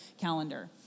calendar